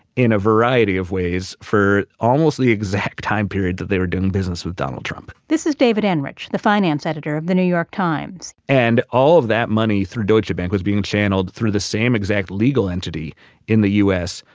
in a variety of ways, for almost the exact time period that they were doing business with donald trump this is david enrich, the finance editor of the new york times and all of that money through deutsche bank was being channeled through the same exact legal entity in the u s.